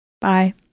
Bye